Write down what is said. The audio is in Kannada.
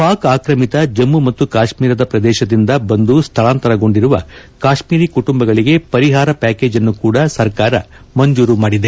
ಪಾಕ್ ಆಕ್ರಮಿತ ಜಮ್ಮು ಮತ್ತು ಕಾಶ್ಮೀರದ ಪ್ರದೇಶದಿಂದ ಬಂದು ಸ್ಥಳಾಂತರಗೊಂಡಿರುವ ಕಾಶ್ಮೀರಿ ಕುಟುಂಬಗಳಿಗೆ ಪರಿಹಾರ ಪ್ಯಾಕೇಜನ್ನು ಕೂಡ ಸರ್ಕಾರ ಮಂಜೂರು ಮಾಡಿದೆ